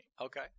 Okay